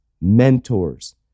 mentors